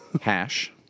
Hash